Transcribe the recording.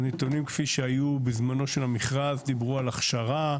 הנתונים כפי שהיו בזמנו של המכרז דיברו על הכשרה,